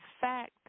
fact